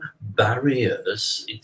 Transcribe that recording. barriers